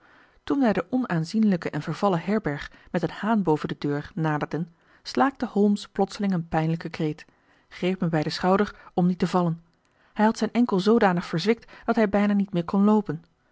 toen wij de onaanzienlijke en vervallen herberg met een haan boven de deur naderden slaakte holmes plotseling een pijnlijken kreet greep mij bij den schouder om niet te vallen hij had zijn enkel zoodanig verzwikt dat hij bijna niet meer kon loopen